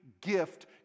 gift